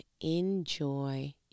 enjoy